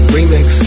Remix